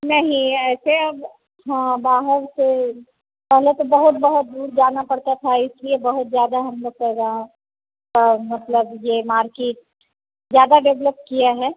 नहीं ऐसे अब हाँ बाहर से पहले तो बहुत बहुत दूर जाना पड़ता था इसलिए बहुत ज़्यादा हम लोग का गाँव मतलब यह मार्केट ज़्यादा डेवलप किया है